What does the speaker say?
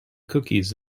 cookies